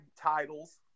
titles